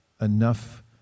enough